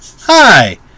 hi